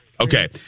Okay